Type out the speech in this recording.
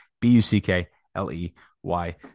B-U-C-K-L-E-Y